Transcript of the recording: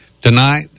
tonight